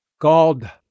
God